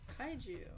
Kaiju